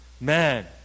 man